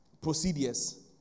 procedures